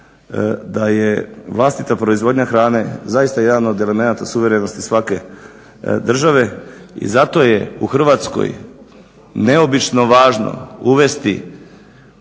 da je vlastita proizvodnja hrane zaista jedan od elemenata suverenosti svake države i zato je u Hrvatskoj neobično važno uvesti